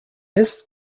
ist